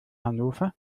hannover